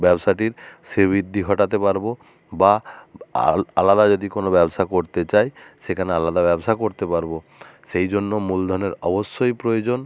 ব্যবসাটির শ্রীবৃদ্ধি ঘটাতে পারবো বা আলাদা যদি কোনো ব্যবসা করতে চাই সেখানে আলাদা ব্যবসা করতে পারবো সেই জন্য মূলধনের অবশ্যই প্রয়োজন